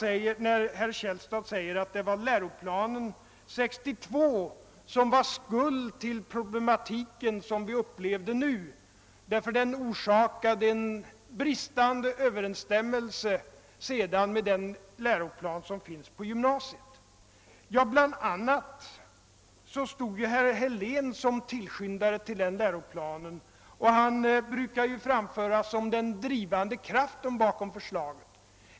Herr Källstad påstår vidare att 1962 års läroplan är skuld till den problematik som vi upplever nu, eftersom den har förorsakat en bristande överensstämmelse med den läroplan som finns på gymnasiet. Jag vill understryka att bl.a. herr Helén stod som tillskyndare av den läroplanen. Han brukar ju framföras som den drivande kraften bakom förslaget.